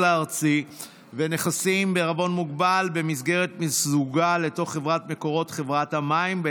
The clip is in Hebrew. הארצי ונכסים בע"מ במסגרת מיזוגה לתוך חברת מקורות חברת המים בע"מ,